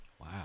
Wow